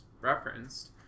referenced